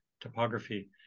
topography